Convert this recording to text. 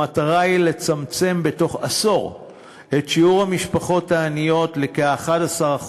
המטרה היא לצמצם בתוך עשור את שיעור המשפחות העניות לכ-11%,